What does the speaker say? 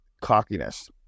cockiness